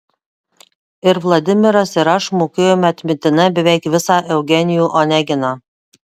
ir vladimiras ir aš mokėjome atmintinai beveik visą eugenijų oneginą